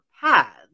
paths